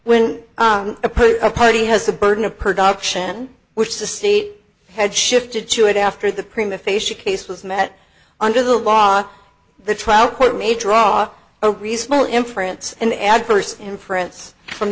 when a put a party has the burden of production which the state had shifted to it after the prima facie case was met under the law the trial court may draw a reasonable inference and adverse inference from